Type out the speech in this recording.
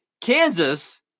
Kansas